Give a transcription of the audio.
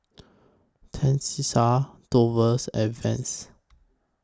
Tenisha Dovie's and Vance